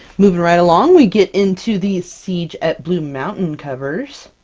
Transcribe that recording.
moving right along, we get into the siege at blue mountain covers.